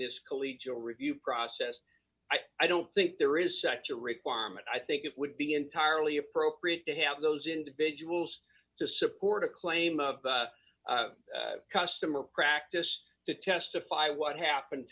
this collegial review process i don't think there is such a requirement i think it would be entirely appropriate to have those individuals to support a claim of customer practice to testify what happened